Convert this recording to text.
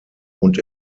und